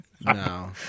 No